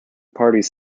parties